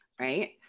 right